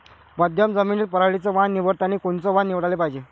मध्यम जमीनीत पराटीचं वान निवडतानी कोनचं वान निवडाले पायजे?